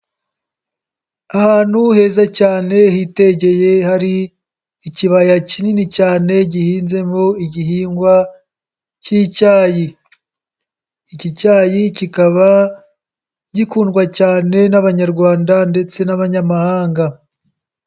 Ahantu heza cyane hitegeye hari ikibaya kinini cyane gihinzemo igihingwa k'icyayi, iki cyayi kikaba gikundwa cyane n'Abanyarwanda ndetse n'abanyamahanga.